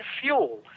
fuel